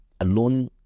alone